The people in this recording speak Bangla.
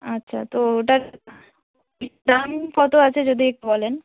আচ্ছা তো ওটার দাম কত আছে যদি একটু বলেন